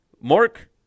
Mark